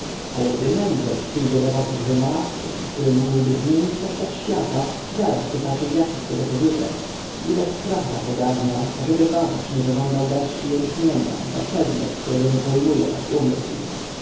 ale gdy mędrzec przyjdzie do was z wynalazkiem który mógłby zmienić postać świata zaraz pytacie jaki z tego pożytek widać strach was ogarnia ażeby badacz nie zażądał garści jęczmienia za przedmiot którego nie pojmuje wasz umysł